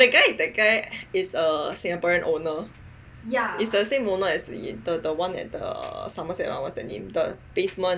that guy that guy is a Singaporean owner is the same owner as the the Somerset one what was the name the basement